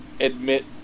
Admit